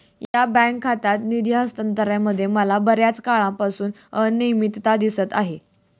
या बँक खात्यात निधी हस्तांतरणामध्ये मला बर्याच काळापासून अनियमितता दिसत आहे